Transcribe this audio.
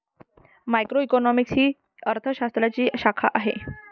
macroeconomics ही अर्थ शास्त्राची एक शाखा आहे